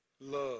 love